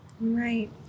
Right